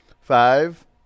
Five